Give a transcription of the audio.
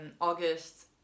August